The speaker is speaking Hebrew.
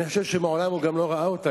ואני חושב שמעולם הוא גם לא ראה אותה,